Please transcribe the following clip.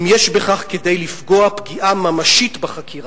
זאת אם יש בכך כדי לפגוע פגיעה ממשית בחקירה.